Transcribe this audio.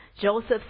joseph